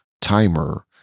timer